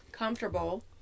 comfortable